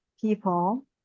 people